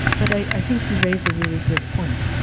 but i think you raise a really good point.